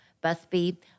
Busby